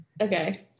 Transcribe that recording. Okay